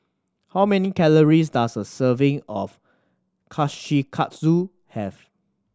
how many calories does a serving of Kushikatsu have